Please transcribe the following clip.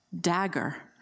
dagger